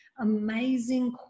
amazing